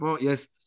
Yes